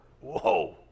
Whoa